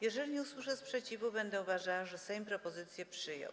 Jeżeli nie usłyszę sprzeciwu, będę uważała, że Sejm propozycję przyjął.